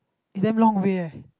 it's damn long away eh